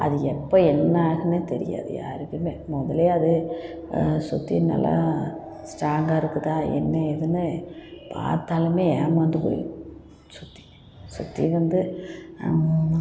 அது எப்போ என்ன ஆகும்னே தெரியாது யாருக்கும் முதல்லயே அது சுத்தி நல்லா ஸ்ட்ராங்காக இருக்குதா என்ன ஏதுன்னு பாத்தாலும் ஏமாந்து போயிடுவோம் சுத்தி சுத்தி வந்து